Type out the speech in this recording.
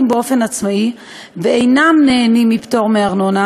באופן עצמאי ואינם נהנים מפטור מארנונה,